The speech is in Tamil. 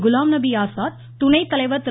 குலாம்நபி ஆசாத் துணைத்தலைவர் திரு